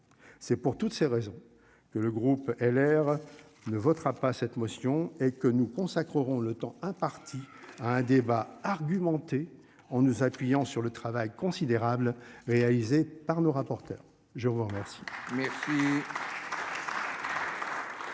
C'est pour toutes ces raisons que le groupe LR ne votera pas cette motion et que nous consacrerons le temps imparti à un débat argumenté. On nous appuyant sur le travail considérable. Réalisé par nos rapporteurs. Je vous remercie.